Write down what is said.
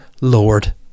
lord